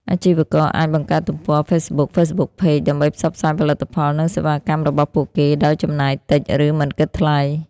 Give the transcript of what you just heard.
អាជីវករអាច បង្កើតទំព័រ Facebook (Facebook Page) ដើម្បីផ្សព្វផ្សាយផលិតផល និងសេវាកម្មរបស់ពួកគេដោយ ចំណាយតិច ឬមិនគិតថ្លៃ។